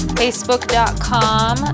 facebook.com